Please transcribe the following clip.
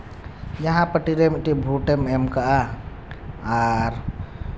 ᱡᱟᱦᱟᱸ ᱯᱟᱨᱴᱤ ᱨᱮ ᱢᱤᱫᱴᱮᱡ ᱵᱷᱳᱴ ᱮᱢ ᱠᱟᱜᱼᱟ ᱟᱨ